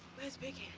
where's big